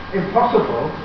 impossible